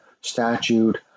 statute